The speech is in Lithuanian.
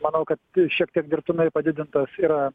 manau kad šiek tiek dirbtinai padidintas yra